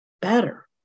better